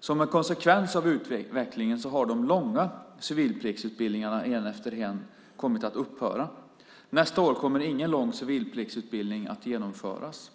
Som en konsekvens av utvecklingen har de långa civilpliktsutbildningarna en efter en kommit att upphöra. Nästa år kommer ingen lång civilpliktsutbildning att genomföras.